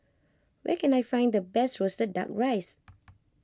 where can I find the best Roasted Duck Rice